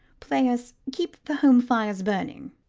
play us keep the home fires burning.